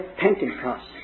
Pentecost